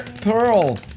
pearl